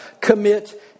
Commit